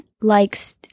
likes